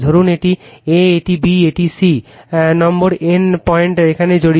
ধরুন এটি a এটি b এটি c no Refer Time 1520 N point এখানে জড়িত